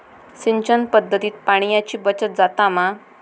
सिंचन पध्दतीत पाणयाची बचत जाता मा?